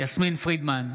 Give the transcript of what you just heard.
יסמין פרידמן,